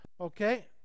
okay